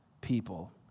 people